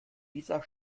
dieser